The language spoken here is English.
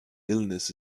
illness